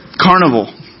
carnival